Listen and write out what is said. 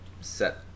set